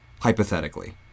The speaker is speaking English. Hypothetically